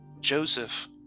Joseph